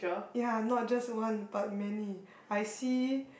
ya not just one but many I see